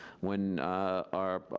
when our.